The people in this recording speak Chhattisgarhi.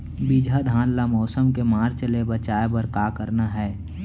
बिजहा धान ला मौसम के मार्च ले बचाए बर का करना है?